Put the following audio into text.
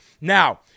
Now